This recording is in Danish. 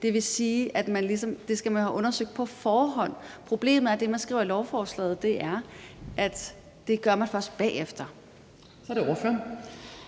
Det vil sige, at det skal man have undersøgt på forhånd. Problemet er, at det, man skriver i lovforslaget, er, at det gør man først bagefter. Kl. 18:25 Den